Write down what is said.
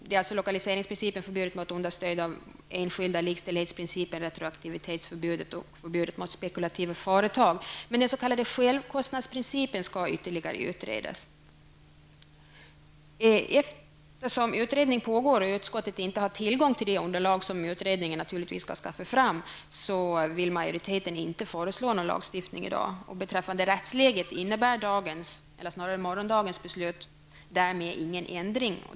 Det rör sig om lokaliseringsprincipen, förbudet mot understöd av enskilda, likställighetsprincipen, retroaktivitetsförbudet och förbud mot spekulativa företag. Den s.k. självkostnadsprincipen skall ytterligare utredas. Eftersom utredning pågår och utskottet inte har tillgång till det underlag som utredningen naturligtvis skall skaffa fram, vill majoriteten inte föreslå någon lagstiftning i dag. Beträffande rättsläget innebär dagens, eller snarare morgondagens, beslut därmed ingen ändring.